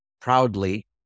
proudly